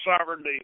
sovereignty